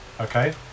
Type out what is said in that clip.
Okay